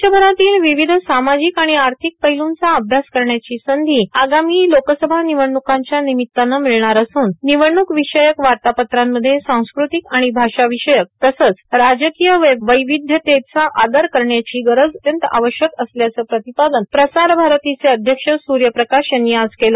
देशभरातील विविध सामाजिक आणि आर्थिक पैलूंचा अभ्यास करण्याची संधी निवडण्कांच्या निमित्तानं मिळणार असून निवडणूक विषयक वार्तापत्रामध्ये सांस्कृतिक आणि भाषाविषयक तसंच राजकीय वैविध्यतेचा आदर राखण्याची गरज अत्यंत आवश्यक असल्याचं प्रतिपादन प्रसार भारतीचे अध्यक्ष स्र्य प्रकाश यांनी आज केलं